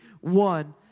one